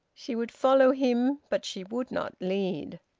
she would follow him, but she would not lead.